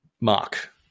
Mark